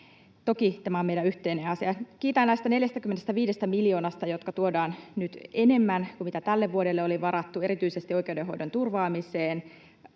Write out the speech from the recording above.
Toki tämä on meidän yhteinen asia. Kiitän näistä 45 miljoonasta, minkä verran tuodaan nyt enemmän kuin mitä tälle vuodelle oli varattu erityisesti oikeudenhoidon turvaamiseen,